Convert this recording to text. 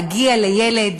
להגיע לילד,